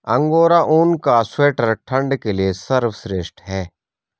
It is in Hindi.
अंगोरा ऊन का स्वेटर ठंड के लिए सर्वश्रेष्ठ है